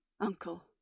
uncle